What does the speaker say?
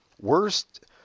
Worst